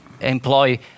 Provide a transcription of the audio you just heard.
employ